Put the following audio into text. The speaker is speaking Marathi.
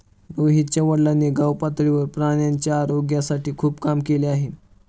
रोहितच्या वडिलांनी गावपातळीवर प्राण्यांच्या आरोग्यासाठी खूप काम केले आहे